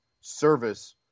service